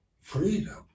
freedom